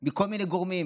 עם כל מיני גורמים: